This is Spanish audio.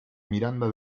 miranda